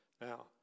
Now